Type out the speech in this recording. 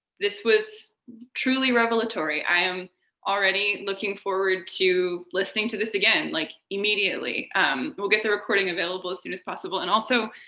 this was truly revelatory. i am already looking forward to listening to this again, like immediately, and um we'll get the recording available as soon as possible. and also,